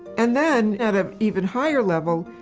and then at an even higher level,